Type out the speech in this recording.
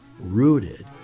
rooted